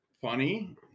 funny